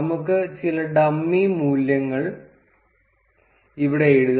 നമുക്ക് ചില ഡമ്മി മൂല്യങ്ങൾ ഇവിടെ എഴുതാം